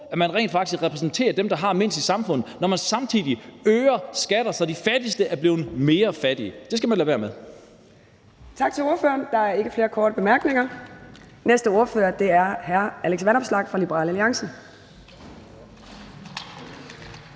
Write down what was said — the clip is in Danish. at man rent faktisk repræsenterer dem, der har mindst i samfundet, når man samtidig øger skatter, så de fattigste bliver mere fattige. Det skal man lade være med. Kl. 17:29 Fjerde næstformand (Mai Mercado): Tak til ordføreren. Der er ikke flere korte bemærkninger. Den næste ordfører er hr. Alex Vanopslagh fra Liberal Alliance.